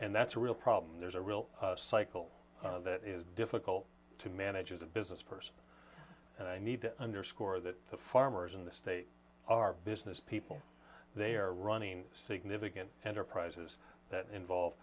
and that's a real problem there's a real cycle that is difficult to manage as a business person and i need to underscore that the farmers in the state are business people they are running significant enterprises that involve